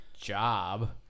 job